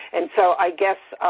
and so, i guess,